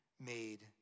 made